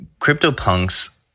CryptoPunks